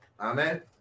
amen